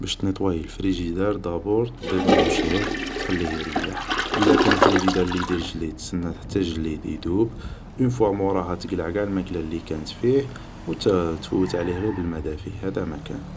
باش تنيطواي فريجيدار دابور ديبرونشيه وتخليه يريح يلا كان فريجيدار لي يدير جليد تسنى حتى جليد يدوب وتقلع قاع الماكلة لي كانت فيه وتفوت عليه غير بالماء دافي هدا مكان